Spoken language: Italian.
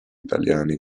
italiani